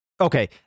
Okay